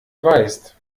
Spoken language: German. weißt